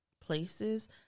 places